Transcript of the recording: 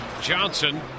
Johnson